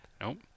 Nope